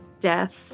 death